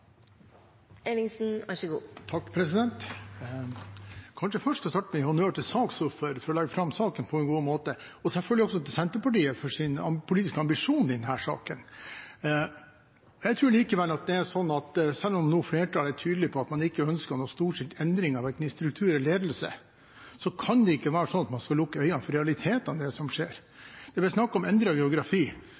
starte med å gi honnør til saksordføreren for å ha lagt fram saken på en god måte, og selvfølgelig også til Senterpartiet for deres politiske ambisjon i denne saken. Jeg tror likevel at selv om flertallet nå er tydelig på at man ikke ønsker en storstilt endring av verken struktur eller ledelse, kan man ikke lukke øynene for realitetene i det som skjer. Det har vært snakket om endret geografi. Norge er etter mitt skjønn det samme landet som det har vært i ganske lang tid, så det er ikke så mye endret geografi.